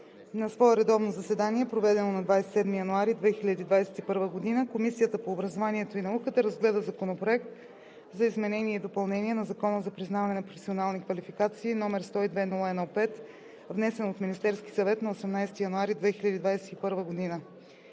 На свое редовно заседание, проведено на 28 януари 2021 г., Комисията по здравеопазването разгледа и обсъди Законопроект за изменение и допълнение на Закона за признаване на професионални квалификации, № 102-01-5, внесен от Министерския съвет на 18 януари 2021 г.